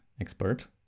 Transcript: expert